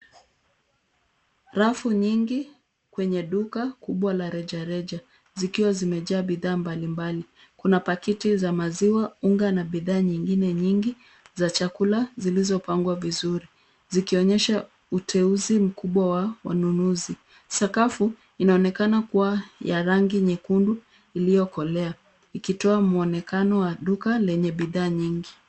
Rafu nyingi kwenye duka kubwa la rejareja zikiwa zimejaa bidhaa mbalimbali. Kuna pakiti za maziwa, unga na bidhaa nyingine nyingi za chakula zilizopangwa vizuri zikionyesha uteuzi mkubwa wa wanunuzi. Sakafu inaonekana kuwa ya rangi nyekundu iliyokolea ikitoa mwonekano wa duka lenye bidhaa nyingi.